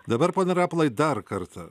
dabar pone rapolai dar kartą